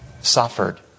suffered